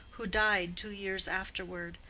who died two years afterward,